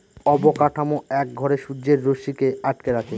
অবকাঠামো এক ঘরে সূর্যের রশ্মিকে আটকে রাখে